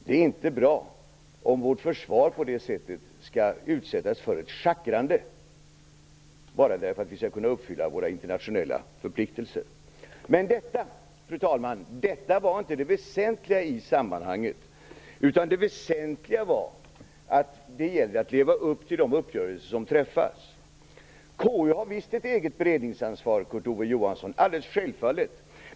Det är inte bra om vårt försvar på det sättet skall utsättas för schackrande bara för att vi skall kunna uppfylla våra internationella förpliktelser. Men detta, fru talman, var inte det väsentliga i sammanhanget. Det väsentliga var att det gäller att leva upp till de uppgörelser som träffats. KU har visst ett eget beredningsansvar, Kurt Ove Johansson, det är självfallet.